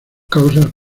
causas